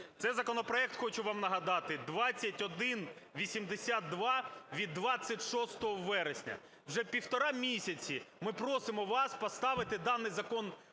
Цей законопроект, хочу вам нагадати, 2182 від 26 вересня. Вже півтора місяці ми просимо вас поставити даний Закон